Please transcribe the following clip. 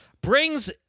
...brings